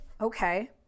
okay